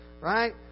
Right